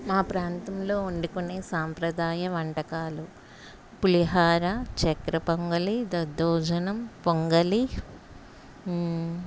మా ప్రాంతంలో వండుకునే సాంప్రదాయ వంటకాలు పులిహోర చక్కెర పొంగలి దద్దోజనం పొంగలి